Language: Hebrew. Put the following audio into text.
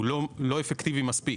הוא לא אפקטיבי מספיק,